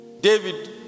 David